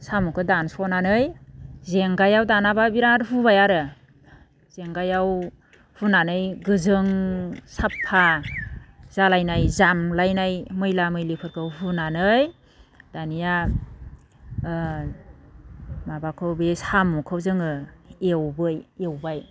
साम'खौ दानस'नानै जेंगायाव दानाबा बिराद हुबाय आरो जेंगायाव हुनानै गोजों साफा जालायनाय जामलायनाय मैला मैलिफोरखौ हुनानै दानिया माबाखौ बे साम'खौ जोङो एवो एवबाय